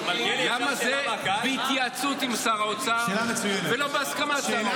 למה זה בהתייעצות עם שר האוצר ולא בהסכמת שר האוצר?